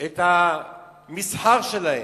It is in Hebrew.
את המסחר שלהם,